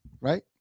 right